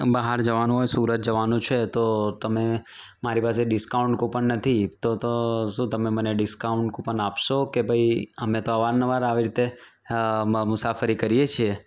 બહાર જવાનું હોય સુરત જવાનું છે તો તમે મારી પાસે ડિસ્કાઉન્ટ કૂપન નથી તો તો શું તમે મને ડિસ્કાઉન્ટ કૂપન આપશો કે પછી અમે તો અવારનવાર આવી રીતે હ મ મુસાફરી કરીએ છીએ